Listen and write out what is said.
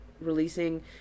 releasing